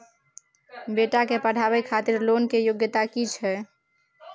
बेटा के पढाबै खातिर लोन के योग्यता कि छै